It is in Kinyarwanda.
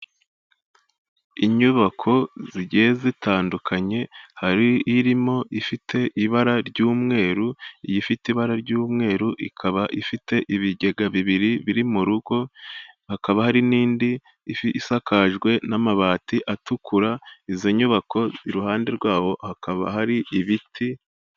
Inyubako zigiye zitandukanye hari irimo ifite ibara ry'umweru, iyo ifite ibara ry'umweru, ikaba ifite ibigega bibiri biri mu rugo hakaba hari n'indi isakajwe n'amabati atukura izo nyubako iruhande rwabo hakaba hari ibiti.